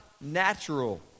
natural